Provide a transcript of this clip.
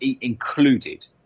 included